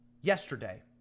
yesterday